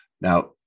Now